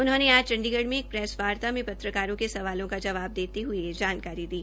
उन्होने आज चंडीगढ़ में एक प्रेसवार्ता में पत्रकारों के सवालों का जवाब देते हये यह जानकारी दी